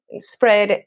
spread